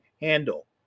handle